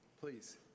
Please